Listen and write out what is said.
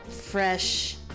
Fresh